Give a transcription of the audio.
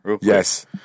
Yes